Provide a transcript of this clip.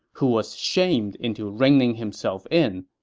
who was shamed into reining himself in.